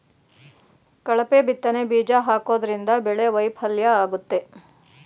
ಕಳಪೆ ಬಿತ್ತನೆ ಬೀಜ ಹಾಕೋದ್ರಿಂದ ಬೆಳೆ ವೈಫಲ್ಯ ಆಗುತ್ತೆ